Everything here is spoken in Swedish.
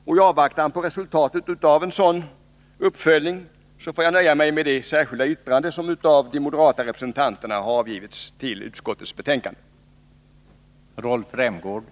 I avvaktan på resultatet av en sådan uppföljning får jag väl nöja mig med det särskilda yttrande som de moderata representanterna i utskottet har avgivit till betänkandet.